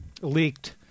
leaked